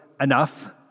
enough